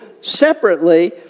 separately